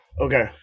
Okay